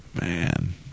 Man